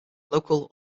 local